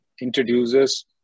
introduces